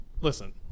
listen